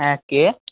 হ্যাঁ কে